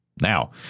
Now